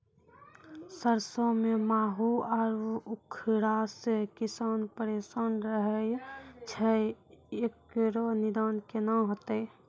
सरसों मे माहू आरु उखरा से किसान परेशान रहैय छैय, इकरो निदान केना होते?